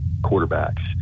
quarterbacks